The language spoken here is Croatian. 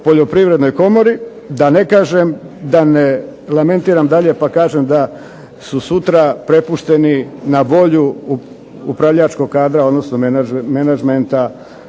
poljoprivrednoj komori, da ne kažem da ne lamentiram dalje pa kažem da su sutra prepušteni na volju upravljačkog kadra, odnosno menadžmenta